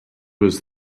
was